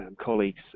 colleagues